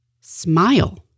Smile